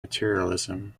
materialism